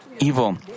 evil